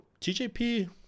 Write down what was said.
TJP